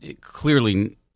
clearly